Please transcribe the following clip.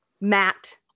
Matt